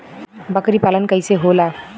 बकरी पालन कैसे होला?